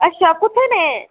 अच्छा कुत्थै नेह्